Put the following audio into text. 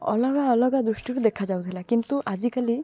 ଅଲଗା ଅଲଗା ଦୃଷ୍ଟିରୁ ଦେଖାଯାଉଥିଲା କିନ୍ତୁ ଆଜିକାଲି